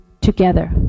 together